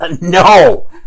No